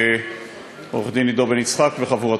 עורך-דין עידו בן-יצחק וחבורתו.